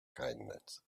kindness